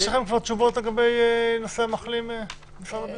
יש לכם תשובות לגבי נושא מחלים במשרד הבריאות?